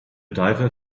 diver